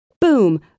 boom